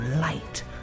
light